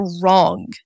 wrong